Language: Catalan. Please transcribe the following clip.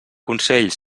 consell